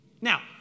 Now